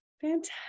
Fantastic